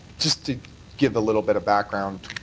just to give a little bit of background.